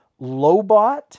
Lobot